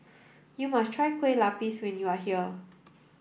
you must try Kueh Lapis when you are here